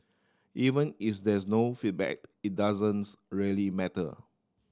even is there's no feedback it doesn't really matter